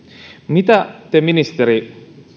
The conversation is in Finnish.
mitä te ministeri